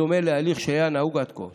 בדומה להליך שהיה נהוג עד כה.